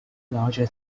larger